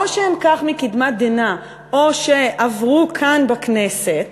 או שהם כך מקדמת דנא, או שעברו כאן בכנסת